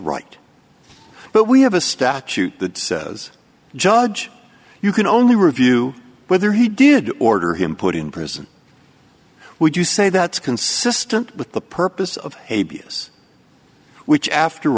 right but we have a statute that says judge you can only review whether he did order him put in prison would you say that's consistent with the purpose of habeas which after